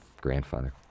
grandfather